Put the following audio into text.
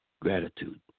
gratitude